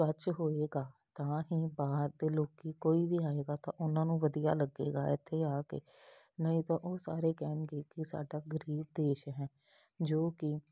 ਸਵੱਛ ਹੋਏਗਾ ਤਾਂ ਹੀ ਬਾਹਰ ਦੇ ਲੋਕੀ ਕੋਈ ਵੀ ਆਏਗਾ ਤਾਂ ਉਹਨਾਂ ਨੂੰ ਵਧੀਆ ਲੱਗੇਗਾ ਇੱਥੇ ਆ ਕੇ ਨਹੀਂ ਤਾਂ ਉਹ ਸਾਰੇ ਕਹਿਣਗੇ ਕਿ ਸਾਡਾ ਗਰੀਬ ਦੇਸ਼ ਹੈ ਜੋ ਕਿ